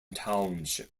township